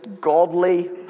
godly